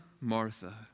Martha